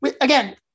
again –